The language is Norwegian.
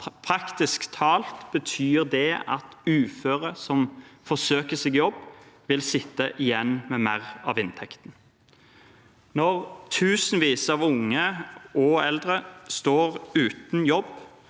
Praktisk talt betyr det at uføre som forsøker seg i jobb, vil sitte igjen med mer av inntekten. Når tusenvis av unge og eldre står uten jobb,